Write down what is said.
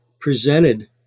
presented